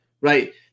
right